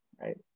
Right